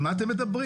על מה אתם מדברים?